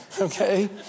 Okay